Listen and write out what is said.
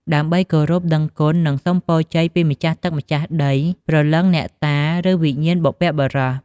ដើម្បីគោរពដឹងគុណ និងសុំពរជ័យពីម្ចាស់ទឹកម្ចាស់ដី ព្រលឹងអ្នកតា ឬវិញ្ញាណបុព្វបុរស។